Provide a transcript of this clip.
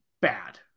bad